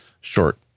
short